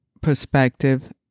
perspective